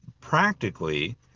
practically